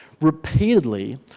repeatedly